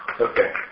Okay